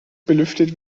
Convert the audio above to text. belüftet